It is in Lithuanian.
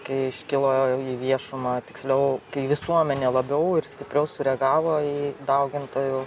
kai iškilo į viešumą tiksliau kai visuomenė labiau ir stipriau sureagavo į daugintojų